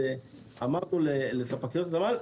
זה אמרנו לחברות התמ"ל,